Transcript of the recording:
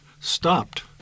stopped